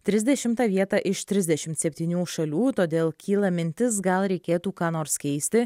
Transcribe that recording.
trisdešimtą vietą iš trisdešimt septynių šalių todėl kyla mintis gal reikėtų ką nors keisti